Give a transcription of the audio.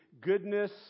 goodness